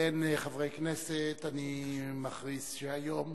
באין חברי כנסת, אני מכריז שהיום